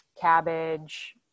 cabbage